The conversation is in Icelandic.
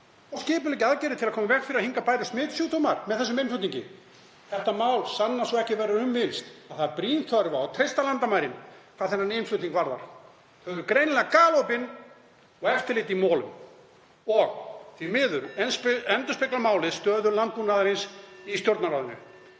og skipuleggja aðgerðir til að koma í veg fyrir að hingað bærust smitsjúkdómar með þessum innflutningi. Þetta mál sannar svo ekki verður um villst að það er brýn þörf á að treysta landamærin hvað þennan innflutning varðar. Þau eru greinilega galopin og eftirlit í molum. Og því miður endurspeglar málið stöðu landbúnaðarins í Stjórnarráðinu.